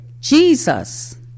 Jesus